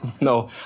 No